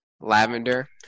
Lavender